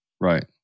Right